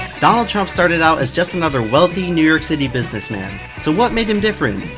donald trump started out as just another wealthy new york city businessman, so what made him different?